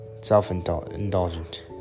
self-indulgent